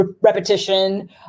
repetition